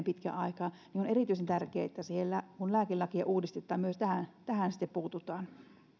pitkän aikaa on erityisen tärkeää että kun lääkelakia uudistetaan myös tähän tähän sitten puututaan